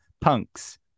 Punks